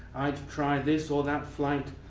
i'd try this or that flight,